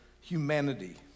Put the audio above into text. humanity